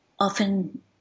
Often